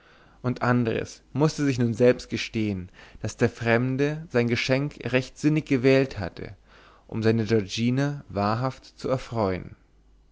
und andres mußte sich nun selbst gestehen daß der fremde sein geschenk recht sinnig gewählt hatte um seine giorgina wahrhaft zu erfreuen